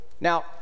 Now